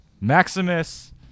Maximus